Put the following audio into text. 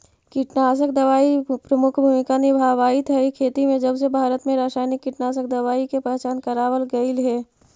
कीटनाशक दवाई प्रमुख भूमिका निभावाईत हई खेती में जबसे भारत में रसायनिक कीटनाशक दवाई के पहचान करावल गयल हे